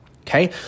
Okay